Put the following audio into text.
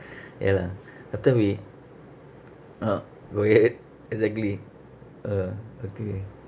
ya lah after we ah go it it exactly ah okay